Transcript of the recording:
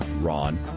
Ron